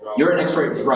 you're an expert